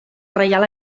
reial